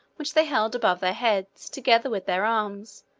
which they held above their heads, together with their arms,